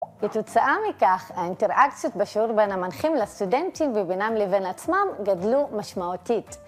כתוצאה מכך האינטראקציות בשיעור בין המנחים לסטודנטים ובינם לבין עצמם גדלו משמעותית.